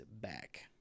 back